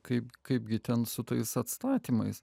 kaip kaipgi ten su tais atstatymais